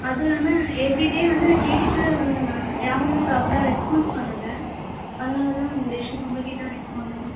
அதுவும் இல்லாமல் எவ்ரிடே வந்து நான் கேட்டுகிட்டும் இருந்தேன் மேம் யாருமே ப்ராப்பராக ரெஸ்பான்ஸ் பண்ணலை அதனால் தான் மேம் இந்த இஷ்யூ உங்கள் கிட்டே வரைக்கும் கொண்டு வந்தேன்